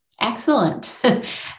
excellent